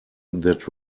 that